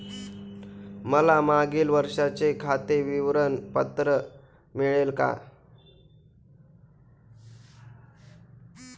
मला मागील वर्षाचे खाते विवरण पत्र मिळेल का?